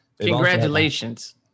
congratulations